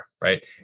right